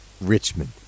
Richmond